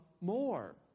more